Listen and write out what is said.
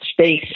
space